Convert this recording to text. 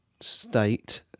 state